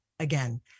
Again